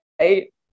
right